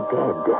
dead